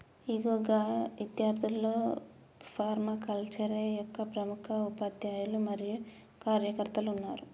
ఇగో గా ఇద్యార్థుల్లో ఫర్మాకల్చరే యొక్క ప్రముఖ ఉపాధ్యాయులు మరియు కార్యకర్తలు ఉన్నారు